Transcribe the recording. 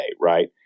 right